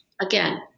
again